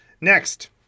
Next